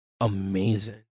Amazing